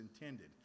intended